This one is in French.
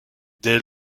dès